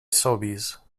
sobeys